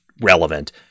relevant